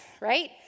right